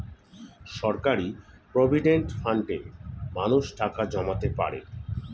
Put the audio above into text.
সরকারি প্রভিডেন্ট ফান্ডে মানুষ টাকা জমাতে পারে